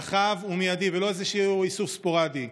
רחב ומיידי, ולא איזשהו איסוף ספורדי?